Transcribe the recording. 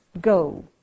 go